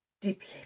deeply